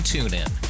TuneIn